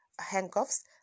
handcuffs